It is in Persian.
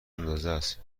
اندازست